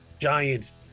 Giants